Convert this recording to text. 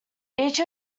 each